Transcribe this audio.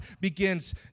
begins